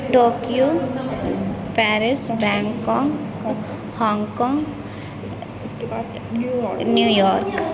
Tokyo Paris Bangkok Hong Kong New York